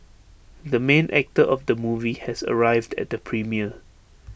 the main actor of the movie has arrived at the premiere